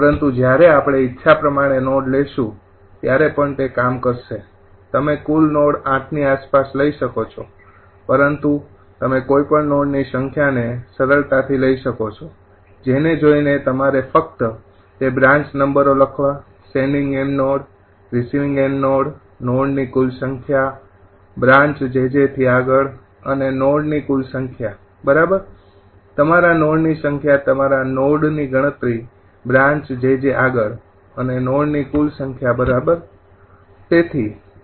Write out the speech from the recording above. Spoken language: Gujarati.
પરંતુ જ્યારે આપડે ઇચ્છા પ્રમાણે નોડ લેશું ત્યારે પણ તે કામ કરશે તમે કુલ નોડ ૮ની આસપાસ લઈ શકો છો પરંતુ તમે કોઈપણ નોડની સંખ્યાને સરળતાથી લઈ શકો છો જેને જોઈને તમારે ફક્ત તે બ્રાન્ચ નંબરો લખવા sending end node receiving end node નોડની કુલ સંખ્યા બ્રાન્ચ jj આગળ અને નોડની કુલ સંખ્યા બરાબર તમારા નોડની સંખ્યા તમારા નોડની ગણતરી બ્રાન્ચ jj આગળ અને નોડની કુલ સંખ્યા બરોબર